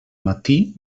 matí